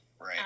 Right